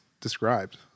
described